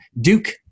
Duke